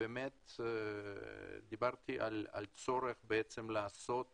על הצורך לעשות